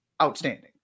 Outstanding